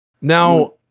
Now